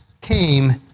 came